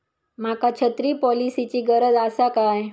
माका छत्री पॉलिसिची गरज आसा काय?